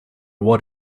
what